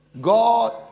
God